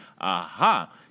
Aha